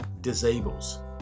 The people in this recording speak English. disables